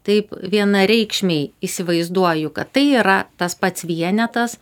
taip vienareikšmiai įsivaizduoju kad tai yra tas pats vienetas